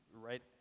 right